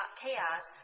chaos